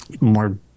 More